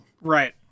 Right